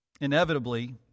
inevitably